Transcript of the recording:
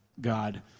God